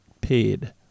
paid